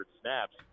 snaps